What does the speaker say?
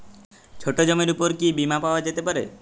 ছোট জমির উপর কি বীমা পাওয়া যেতে পারে?